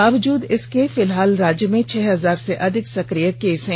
बायूजद इसके फिलहाल राज्य में छह हजार से अधिक सक्रिय केस हैं